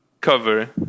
cover